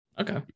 Okay